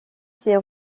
ses